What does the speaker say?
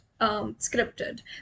scripted